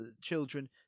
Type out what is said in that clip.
Children